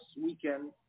weekend